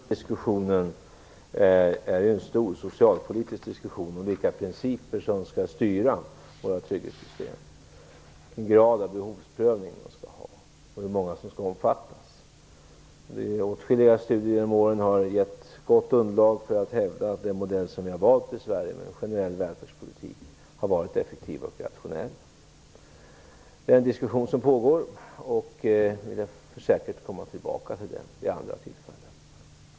Fru talman! Det som Roy Ottosson sade sist hör till en stor socialpolitisk diskussion, om vilka principer som skall styra våra trygghetssystem, vilken real behovsprövning som skall göras och hur många som skall omfattas. Åtskilliga studier genom åren har gett ett gott underlag för att hävda att den modell som vi har valt i Sverige, med en generell välfärdspolitik, har varit effektiv och rationell. Den diskussionen pågår, och vi får säkert komma tillbaka till den vid andra tillfällen.